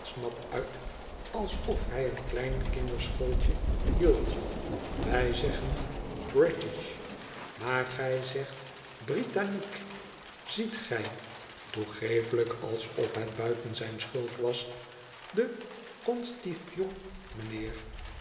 uit alsof hij een klein kinderschooltje hield wij zeggen british maar gij zegt brittannique ziet gij toegeeflijk alsof het buiten zijne schuld was de constitution mijnheer